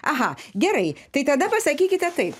aha gerai tai tada pasakykite taip